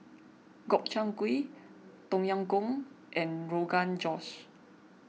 Gobchang Gui Tom Yam Goong and Rogan Josh